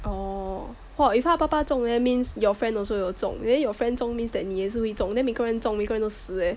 哦 if 他爸爸中 then means your friend also will 中 then your friend 中 means that 你也是会中 then 每个人中每个人都死